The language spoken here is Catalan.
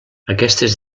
aquestes